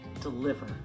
deliver